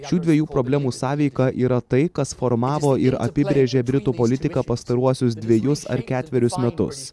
šių dviejų problemų sąveika yra tai kas formavo ir apibrėžė britų politiką pastaruosius dvejus ar ketverius metus